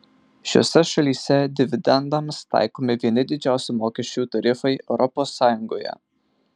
šiose šalyse dividendams taikomi vieni didžiausių mokesčių tarifai europos sąjungoje